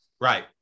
Right